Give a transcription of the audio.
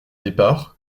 départ